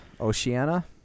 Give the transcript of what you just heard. Oceania